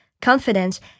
confidence